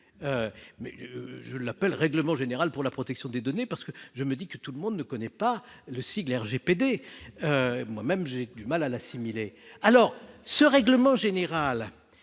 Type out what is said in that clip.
mais je l'appelle règlement général pour la protection des données, parce que je me dis que tout le monde ne connaît pas le sigle RGPD moi-même j'ai du mal à l'assimiler alors ce règlement général